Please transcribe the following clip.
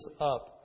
up